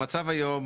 המצב היום,